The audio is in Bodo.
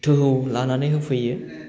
दोहौ लानानै होफैयो